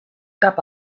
cap